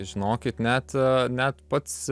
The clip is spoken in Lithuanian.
žinokit net net pats